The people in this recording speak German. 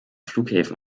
flughäfen